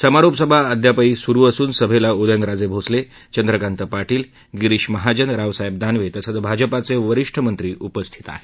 समारोप सभा अद्यापही सुरुच असून सभेला उदयनराजे भोसले चंद्रकांत पाटील गिरीश महाजन रावसाहेब दानवे तसंच भाजपाचे वरीष्ठ मंत्री उपस्थित आहेत